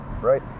right